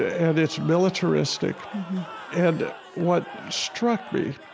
ah and it's militaristic and what struck me